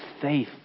faith